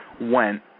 went